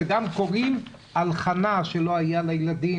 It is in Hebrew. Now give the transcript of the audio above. וגם קוראים על חנה שלא היו לה ילדים,